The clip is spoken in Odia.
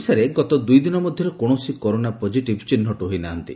ଓଡ଼ିଶାରେ ଗତ ଦୁଇ ଦିନ ମଧ୍ୟରେ କୌଣସି କରୋନା ପଜିଟିଭ୍ ଚିହ୍ନଟ ହୋଇ ନାହାନ୍ତି